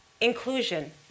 inclusion